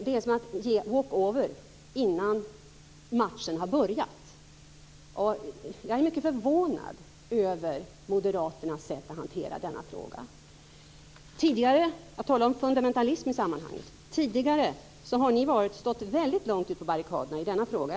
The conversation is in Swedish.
Det är som att lämna walkover innan matchen har börjat. Jag är mycket förvånad över Moderaternas sätt att hantera denna fråga. Tidigare har Moderaterna i väldigt hög grad stått på barrikaderna i denna fråga.